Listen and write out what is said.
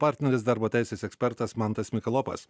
partneris darbo teisės ekspertas mantas mikalopas